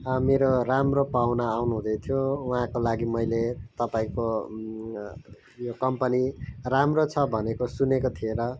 मेरो राम्रो पाहुना आउनुहुँदै थियो उँहाको लागि मैले तपाईँको यो कम्पनी राम्रो छ भनेको सुनेको थिएँ र